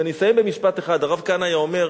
ואני אסיים במשפט אחד: הרב כהנא היה אומר,